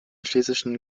schlesischen